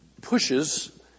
pushes